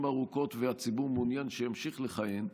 ארוכות והציבור מעוניין שימשיך לכהן,